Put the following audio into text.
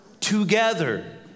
together